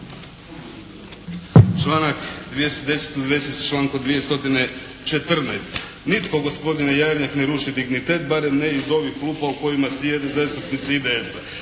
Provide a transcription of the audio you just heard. člankom 214. Nitko gospodine Jarnjak ne ruši dignitet barem ne iz ovih klupa u kojima sjede zastupnici IDS-a.